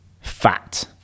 fat